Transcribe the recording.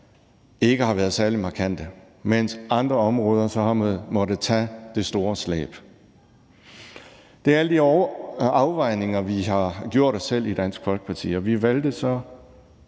ikke har været særlig markante, mens andre områder har måttet tage det store slæb. Det er alle de afvejninger, vi har gjort os i Dansk Folkeparti, og vi valgte så